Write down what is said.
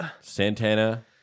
Santana